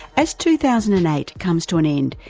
as two thousand and eight comes to an end,